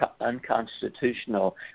unconstitutional